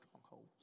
strongholds